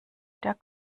der